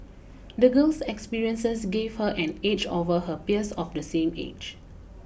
the girl's experiences gave her an edge over her peers of the same age